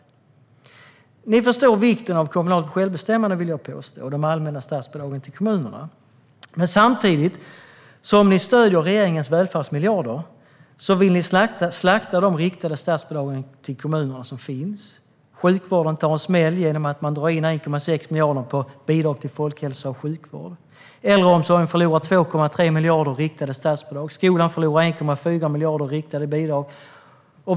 Jag vill påstå att ni förstår vikten av kommunalt självbestämmande och de allmänna statsbidragen till kommunerna, Peter Helander. Men samtidigt som ni stöder regeringens välfärdsmiljarder vill ni slakta de riktade statsbidragen till kommunerna. Sjukvården tar en smäll genom att ni drar ned på bidrag till folkhälsa och sjukvård med 1,6 miljarder. Äldreomsorgen förlorar 2,3 miljarder i riktade statsbidrag, och skolan förlorar 1,4 miljarder i riktade bidrag.